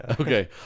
Okay